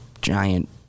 giant